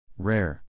Rare